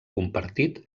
compartit